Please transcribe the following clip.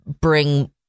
bring